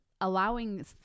Allowing